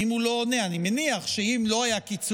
אם הוא לא עונה, אני מניח שאם לא היה קיצוץ